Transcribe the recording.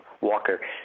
Walker